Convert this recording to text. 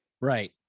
Right